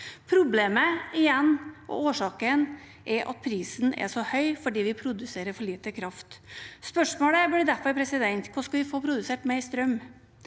Problemet – og årsaken – er at prisen er så høy fordi vi produserer for lite kraft. Spørsmålet blir derfor: Hvordan skal vi få produsert mer strøm?